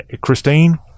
christine